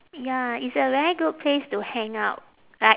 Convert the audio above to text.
ya it's a very good place to hang out like